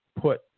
put